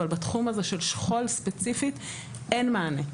אבל בתחום הזה של שכול ספציפית אין מענה,